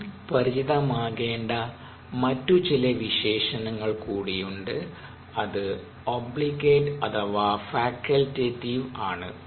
നാം പരിചിതമാകേണ്ട മറ്റു ചില വിശേഷണങ്ങൾ കൂടിയുണ്ട് അത് ഒബ്ലിഗേറ്റ് അഥവാ ഫാകൽറ്റടിവ് ആണ്